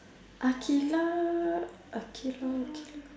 aqilah aqilah